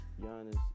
Giannis